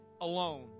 alone